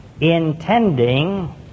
intending